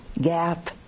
gap